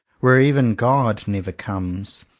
where even god never comes.